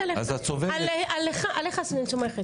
עליך אני סומכת.